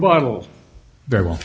bottle very well